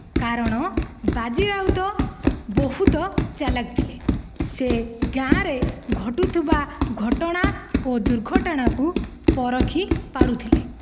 କାରଣ ବାଜି ରାଉତ ବହୁତ ଚାଲାକ୍ ଥିଲେ ସେ ଗାଁରେ ଘଟୁଥିବା ଘଟଣା ଓ ଦୁର୍ଘଟଣାକୁ ପରଖି ପାରୁଥିଲେ